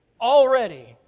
Already